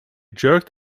jerked